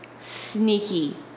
sneaky